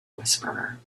whisperer